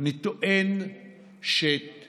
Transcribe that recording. אני טוען שאת